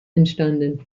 entstanden